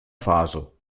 faso